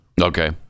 Okay